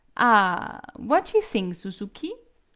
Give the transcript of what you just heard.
ah, what you thing, suzuki?